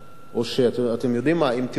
או אתם יודעים מה, אם תרצו,